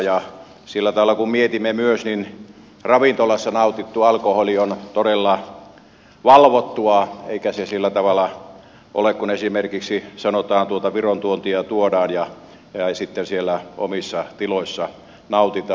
ja sillä tavalla kun mietimme myös niin ravintolassa nautittu alkoholi on todella valvottua eikä se sillä tavalla ole samanlaista kuin se kun esimerkiksi sanotaan tuolta virosta tuodaan ja sitten siellä omissa tiloissa nautitaan